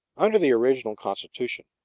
under the original constitution,